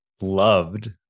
loved